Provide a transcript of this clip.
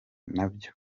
nabyo